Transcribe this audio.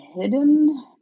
hidden